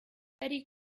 betty